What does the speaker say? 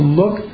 look